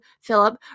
Philip